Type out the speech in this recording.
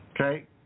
Okay